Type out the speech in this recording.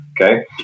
okay